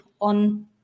on